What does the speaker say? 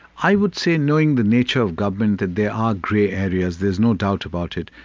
i would say knowing the nature of government that there are grey areas, there's no doubt about it.